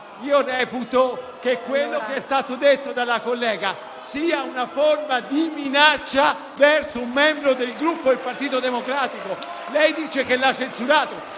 e reputo che quello che è stato detto dalla collega sia una forma di minaccia verso un membro del Gruppo Partito Democratico. *(Applausi dal Gruppo